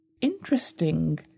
Interesting